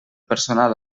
personal